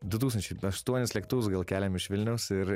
du tūkstančiai aštuonis lėktuvus gal keliam iš vilniaus ir